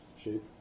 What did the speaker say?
shape